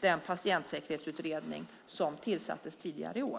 den patientsäkerhetsutredning som tillsattes tidigare i år titta på frågan utifrån en patientsäkerhetsaspekt.